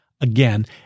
Again